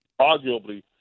arguably